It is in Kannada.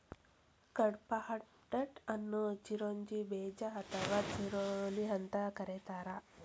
ಕಡ್ಪಾಹ್ನಟ್ ಅನ್ನು ಚಿರೋಂಜಿ ಬೇಜ ಅಥವಾ ಚಿರೋಲಿ ಅಂತ ಕರೇತಾರ